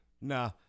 Nah